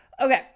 Okay